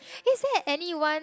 is that anyone